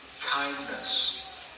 kindness